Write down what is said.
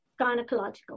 gynecological